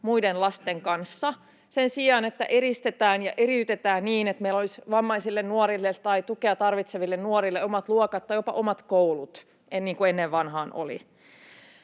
muiden lasten kanssa sen sijaan, että eristetään ja eriytetään niin, että meillä olisi vammaisille nuorille tai tukea tarvitseville nuorille omat luokat tai jopa omat koulut, niin kuin ennen vanhaan oli.